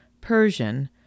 Persian